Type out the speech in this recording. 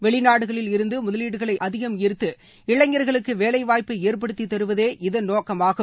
வெளிநாடுகளில் இருந்து முதலீடுகளை அதிகம் ார்த்து இளைஞர்களுக்கு வேலைவாய்ப்பை ஏற்படுத்தி தருவதே இதன் நோக்கமாகும்